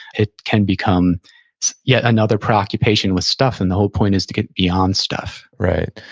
it can become yet another preoccupation with stuff, and the whole point is to get beyond stuff right.